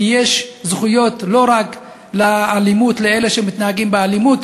כי יש זכויות לא רק לאלה שמתנהגים באלימות,